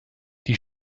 die